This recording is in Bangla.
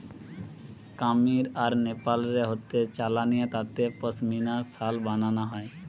কামীর আর নেপাল রে হাতে চালানিয়া তাঁতে পশমিনা শাল বানানা হয়